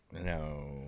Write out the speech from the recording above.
No